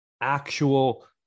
actual